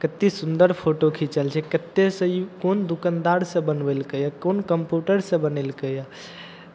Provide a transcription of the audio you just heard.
कतेक सुन्दर फोटो खिंचल छै कतयसँ ई कोन दोकानदारसँ बनबेलकै यए कोन कम्प्यूटरसँ बनेलकै यए